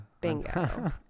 Bingo